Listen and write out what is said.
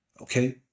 okay